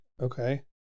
Okay